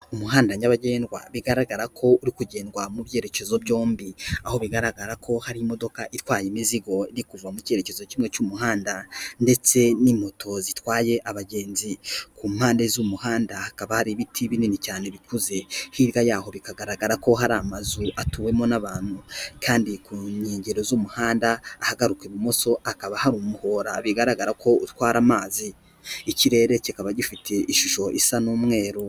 Umuhanda nyabagendwa bigaragara ko uri kugendwa mu byerekezo byombi, aho bigaragara ko hari imodoka itwaye imizigo iri kuva mu cyerekezo kimwe cy'umuhanda, ndetse n'imoto zitwaye abagenzi, ku mpande z'umuhanda hakaba hari ibiti binini cyane bikuze, hirya yaho bikagaragara ko hari amazu atuwemo n'abantu kandi ku nkengero z'umuhanda ahagaruka ibumoso hakaba hari umuhora bigaragara ko utwara amazi, ikirere kikaba gifite ishusho isa n'umweru.